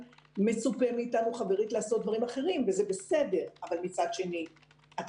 מצופה מאתנו חברתית לעשות דברים אחרים וזה בסדר אבל מצד שני אתה